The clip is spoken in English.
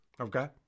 okay